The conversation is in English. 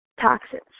toxins